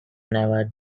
never